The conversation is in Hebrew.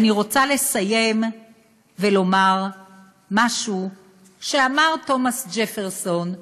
ואני רוצה לסיים ולומר משהו שאמר תומס ג'פרסון,